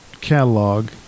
catalog